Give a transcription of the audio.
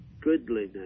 goodliness